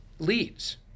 leads